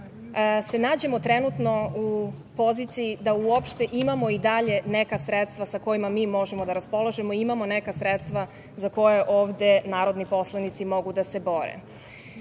se nađemo trenutno u poziciji da uopšte imamo i dalje neka sredstva sa kojima mi možemo da raspolažemo, imamo neka sredstva za koja ovde narodni poslanici mogu da se